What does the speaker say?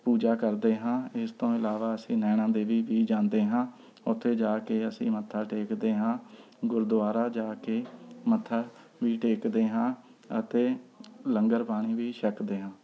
ਪੂਜਾ ਕਰਦੇ ਹਾਂ ਇਸ ਤੋਂ ਇਲਾਵਾ ਅਸੀਂ ਨੈਣਾ ਦੇਵੀ ਵੀ ਜਾਂਦੇ ਹਾਂ ਉੱਥੇ ਜਾ ਕੇ ਅਸੀਂ ਮੱਥਾ ਟੇਕਦੇ ਹਾਂ ਗੁਰਦੁਆਰਾ ਜਾ ਕੇ ਮੱਥਾ ਵੀ ਟੇਕਦੇ ਹਾਂ ਅਤੇ ਲੰਗਰ ਪਾਣੀ ਵੀ ਛੱਕਦੇ ਹਾਂ